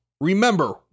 Remember